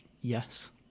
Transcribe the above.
yes